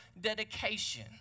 dedication